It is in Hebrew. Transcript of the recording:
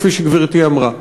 כפי שגברתי אמרה.